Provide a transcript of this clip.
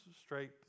straight